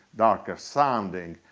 darker sounding,